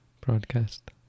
broadcast